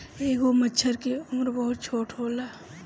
एगो मछर के उम्र बहुत छोट होखेला